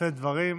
לשאת דברים.